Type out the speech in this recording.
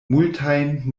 multajn